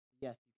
Yes